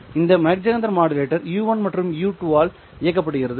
இந்த Mach Zehnder modulator u1 மற்றும் u2 ஆல் இயக்கப்படுகிறது